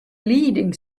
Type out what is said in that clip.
leading